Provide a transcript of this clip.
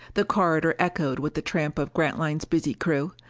the corridor echoed with the tramp of grantline's busy crew.